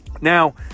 Now